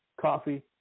coffee